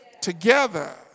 together